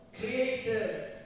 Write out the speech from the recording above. creative